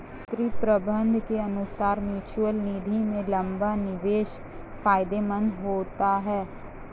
वित्तीय प्रबंधक के अनुसार म्यूचअल निधि में लंबा निवेश फायदेमंद होता है